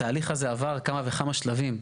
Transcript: התהליך הזה עבר כמה וכמה שלבים.